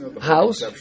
house